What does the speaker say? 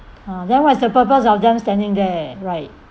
ah then what is the purpose of them standing there right